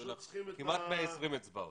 יהיו לך כמעט 120 אצבעות.